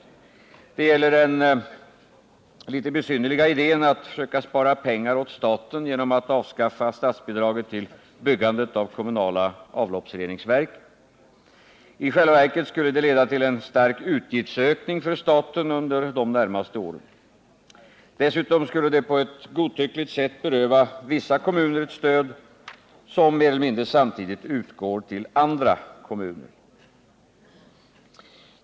Den första punkten gäller den litet besynnerliga idén att försöka spara pengar åt staten genom att avskaffa statsbidraget till byggandet av kommunala avloppsreningsverk. I själva verket skulle det leda till en stark utgiftsökning för staten under de närmaste åren. Dessutom skulle det på ett godtyckligt sätt beröva vissa kommuner ett stöd, som samtidigt utgår till andra kommuner.